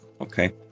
okay